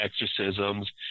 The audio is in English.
exorcisms